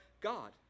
God